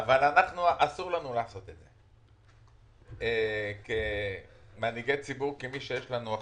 אבל לנו אסור לעשות את זה כמי שיש לנו אחריות.